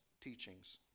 teachings